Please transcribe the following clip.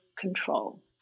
control